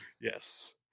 Yes